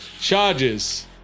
charges